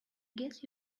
guess